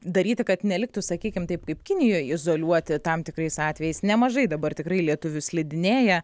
daryti kad neliktų sakykim taip kaip kinijoj izoliuoti tam tikrais atvejais nemažai dabar tikrai lietuvių slidinėja